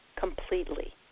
completely